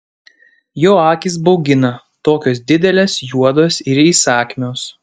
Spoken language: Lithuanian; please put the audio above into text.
jo akys baugina tokios didelės juodos ir įsakmios